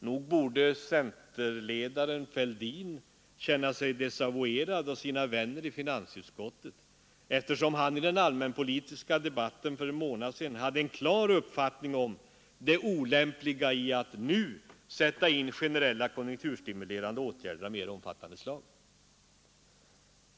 Nog borde centerledaren Fälldin känna sig desavouerad av sina vänner i finansutskottet, eftersom han i den allmänpolitiska debatten för en månad sedan hade en klar uppfattning om det olämpliga i att nu sätta in generella konjunkturstimulerande åtgärder av mer omfattande slag.